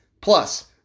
Plus